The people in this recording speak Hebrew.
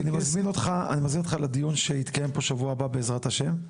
אז אני מזמין אותך לדיון שיתקיים פה בשבוע הבא בעזרת השם,